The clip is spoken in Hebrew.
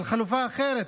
על חלופה אחרת.